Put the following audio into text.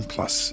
Plus